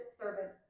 servant